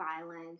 violence